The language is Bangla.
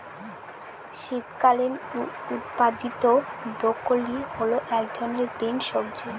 শীতকালীন উৎপাদীত ব্রোকলি হল এক ধরনের গ্রিন সবজি